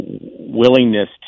willingness